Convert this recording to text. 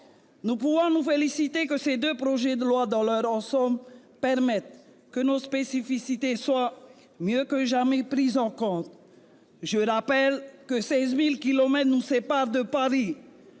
Nous pouvons nous féliciter de ce que ces deux projets de loi, dans leur ensemble, permettent que nos spécificités soient mieux que jamais prises en compte. Je rappelle que 16 000 kilomètres nous séparent de Paris